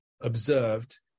observed